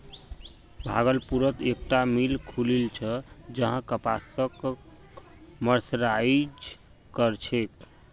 भागलपुरत एकता मिल खुलील छ जहां कपासक मर्सराइज कर छेक